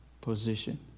position